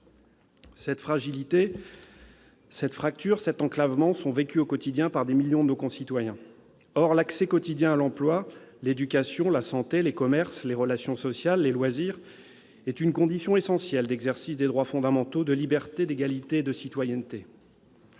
Cette fragilité, cette fracture, cet enclavement sont vécus au quotidien par des millions de nos concitoyens. Or l'accès quotidien à l'emploi, à l'éducation, à la santé, aux commerces, aux relations sociales, aux loisirs est une condition essentielle d'exercice des droits fondamentaux de liberté, d'égalité et de citoyenneté,